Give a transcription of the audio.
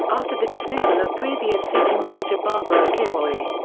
after the dismissal of previous city manager barbara kilroy.